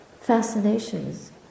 fascinations